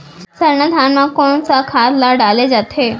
सरना धान म कोन सा खाद ला डाले जाथे?